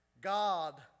God